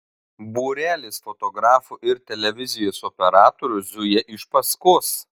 būrelis fotografų ir televizijos operatorių zuja iš paskos